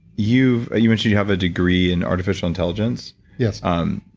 you you mentioned you have a degree in artificial intelligence yes um